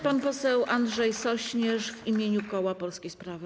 Pan poseł Andrzej Sośnierz w imieniu koła Polskie Sprawy.